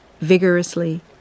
vigorously